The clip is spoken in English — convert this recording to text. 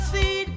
See